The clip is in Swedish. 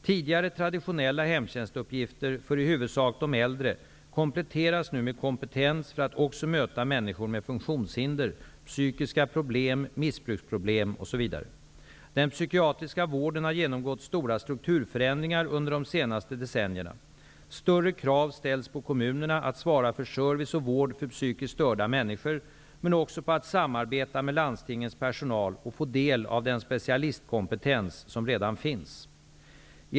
Tidigare traditionella hemtjänstuppgifter för i huvudsak de äldre kompletteras nu med kompetens för att också möta människor med funktionshinder, psykiska problem, missbruksproblem osv. Den psykiatriska vården har genomgått stora strukturförändringar under de senaste decennierna. Större krav ställs på kommunerna att svara för service och vård för psykiskt störda människor, men också på att samarbeta med landstingens personal och få del av den specialistkompetens som redan finns.